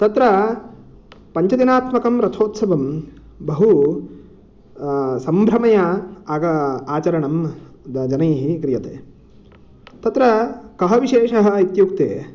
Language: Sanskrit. तत्र पञ्चदिनात्मकं रथोत्सवं बहु सम्भ्रमया आग आचरणं ज जनैः क्रियते तत्र कः विशेषः इत्युक्ते